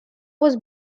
was